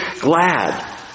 glad